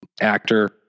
actor